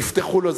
יפתחו לו.